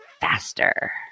faster